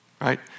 right